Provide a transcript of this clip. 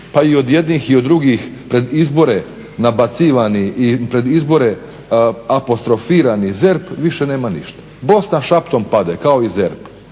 pa i od jednih i drugih pred izbore nabacivanih i pred izbore apostrofirani ZERP više nema ništa. Bosna šaptom pade kao i ZERP.